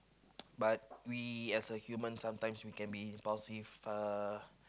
but we as a humans we can be impulsive uh